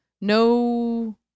no